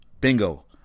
Bingo